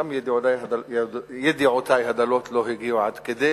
גם ידיעותי הדלות לא הגיעו עד כדי